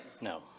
No